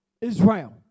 Israel